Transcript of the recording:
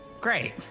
Great